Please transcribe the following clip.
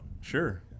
sure